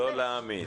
לא להאמין.